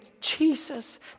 Jesus